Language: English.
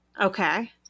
Okay